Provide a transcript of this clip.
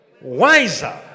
wiser